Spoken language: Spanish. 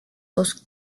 dos